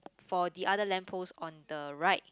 for the other lamp post on the right